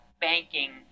banking